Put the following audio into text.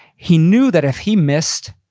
he knew that if he missed,